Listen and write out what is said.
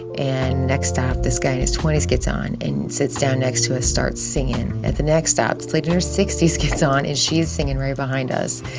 and next stop, this guy in his twenty s gets on and sits down next to us, starts singing. at the next stop, this lady in her sixty s gets on. and she's singing right behind us.